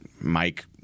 mike